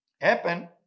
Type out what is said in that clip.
Happen